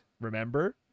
Remember